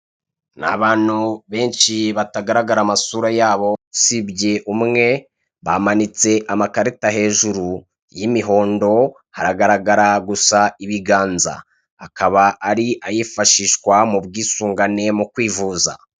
Ni abantu benshi batagaragara amasura yabo usibye umwe bamanitse amakarita hejuru y'imihondo haragaragara gusa ibiganza akaba ari ayifashishwa mu kwivuza.